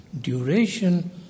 duration